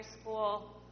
school